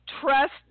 trust